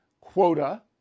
quota